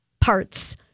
parts